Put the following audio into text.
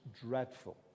dreadful